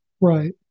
Right